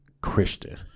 Christian